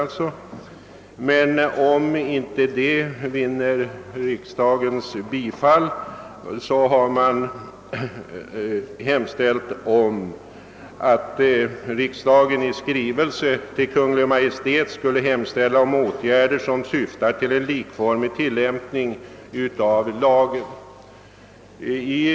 Om detta yrkande inte vinner riksdagens bifall, hemställer motionärerna att riksdagen i skrivelse till Kungl. Maj:t skulle hemställa om åtgärder som syftar till en likformig tillämpning av lagen.